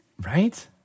Right